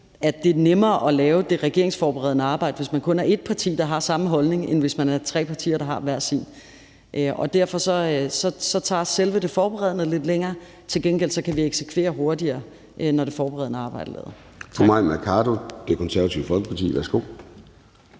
at det er nemmere at lave det regeringsforberedende arbejde, hvis man kun er ét parti, der har samme holdning, end hvis man er tre partier, der har hver sin. Derfor tager selve det forberedende arbejde lidt længere tid, men til gengæld kan vi eksekvere hurtigere, når det forberedende arbejde er lavet.